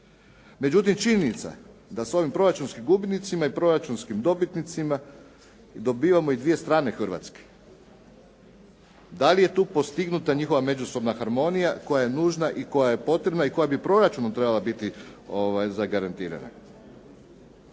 Međutim, činjenica je da ovim proračunski gubitnicima i proračunskim dobitnicima dobivamo i dvije strane Hrvatske. Da li je tu postignuta njihova međusobna harmonija koja je nužna i koja je potrebna i koja bi u proračunu trebala biti zagarantirana?